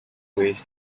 ways